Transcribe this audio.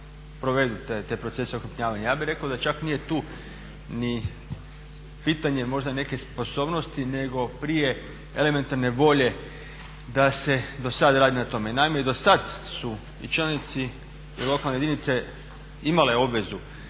provedu te procese okrupnjavanja. Ja bih rekao da čak nije tu ni pitanje možda neke sposobnosti, nego prije elementarne volje da se do sad radi na tome. Naime i do sad su i čelnici lokalne jedinice imale obvezu